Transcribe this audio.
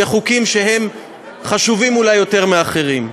כחוקים שהם חשובים אולי יותר מאחרים.